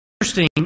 interesting